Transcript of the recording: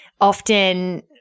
often –